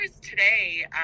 today